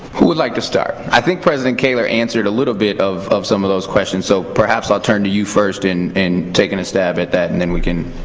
who would like to start? i think president kaler answered a little bit of of some of those questions. so, perhaps, i'll turn to you first in in taking a stab at that. and then we can.